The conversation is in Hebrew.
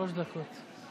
שלוש דקות.